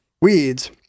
weeds